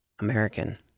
American